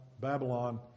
Babylon